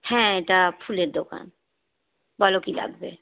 হ্যাঁ এটা ফুলের দোকান বলো কী লাগবে